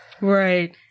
Right